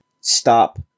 stop